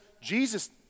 Jesus